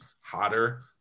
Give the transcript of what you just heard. hotter